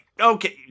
okay